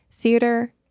theater